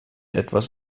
etwas